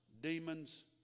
demons